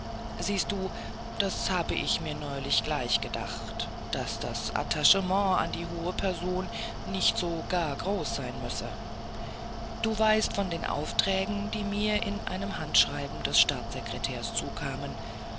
siehst du das habe ich mir neulich gleich gedacht daß das attachement an die hohe person nicht so gar groß sein müsse du weißt von den aufträgen die mir in einem handschreiben des staatssekretärs zukamen